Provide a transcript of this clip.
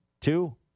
Two